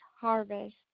harvest